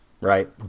Right